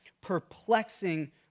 perplexing